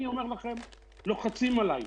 אני אומר לכם, לוחצים עליי.